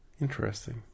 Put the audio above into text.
Interesting